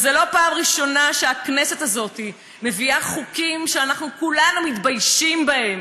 זאת לא פעם ראשונה שהכנסת הזאת מביאה חוקים שאנחנו כולנו מתביישים בהם.